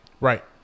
Right